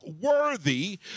worthy